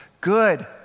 good